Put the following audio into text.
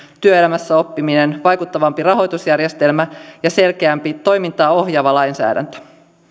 työelämässä oppiminen vaikuttavampi rahoitusjärjestelmä ja selkeämpi toimintaa ohjaava lainsäädäntö